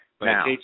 Now